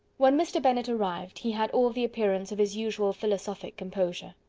when mr. bennet arrived, he had all the appearance of his usual philosophic composure.